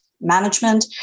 management